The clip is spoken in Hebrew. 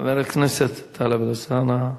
חבר הכנסת טלב אלסאנע,